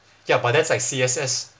ya but that's like C_S_S